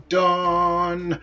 done